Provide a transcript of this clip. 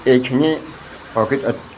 এইখিনি প্ৰকৃতত